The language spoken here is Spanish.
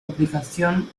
aplicación